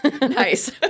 Nice